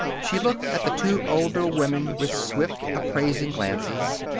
she looked at the two older women with swift, appraising glances.